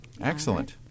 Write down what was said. Excellent